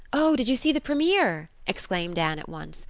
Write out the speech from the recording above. oh, did you see the premier? exclaimed anne at once.